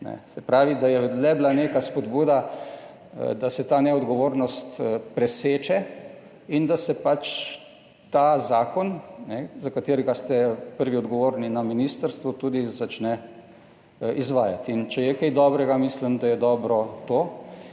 Se pravi, da je le bila neka spodbuda, da se ta neodgovornost preseče, in da se pač ta zakon, za katerega ste prvi odgovorni na ministrstvu, tudi začne izvajati. In če je kaj dobrega, mislim, da je dobro to.